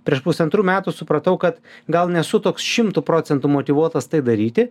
prieš pusantrų metų supratau kad gal nesu toks šimtu procentų motyvuotas tai daryti